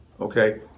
Okay